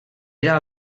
era